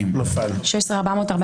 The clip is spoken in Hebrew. הצבעה לא אושרו.